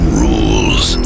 rules